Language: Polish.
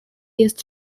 jest